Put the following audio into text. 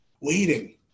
waiting